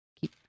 keep